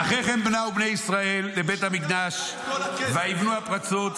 "אחרי כן באו בני ישראל לבית המקדש ויבנו הפרצות,